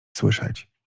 słyszeć